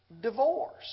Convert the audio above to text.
divorce